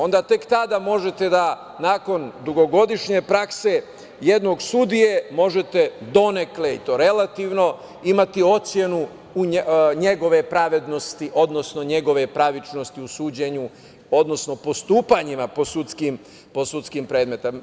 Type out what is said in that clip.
Onda tek tada možete da nakon dugogodišnje prakse jednog sudije možete donekle, i to relativno, imati ocenu njegove pravednosti, odnosno njegove pravičnosti u suđenju, odnosno postupanjima po sudskim predmetima.